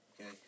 okay